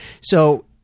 So-